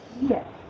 Yes